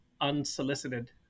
unsolicited